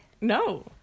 No